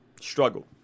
struggle